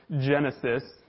Genesis